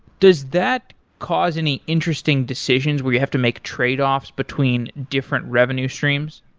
does that cause any interesting decisions where you have to make tradeoffs between different revenue streams?